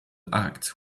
act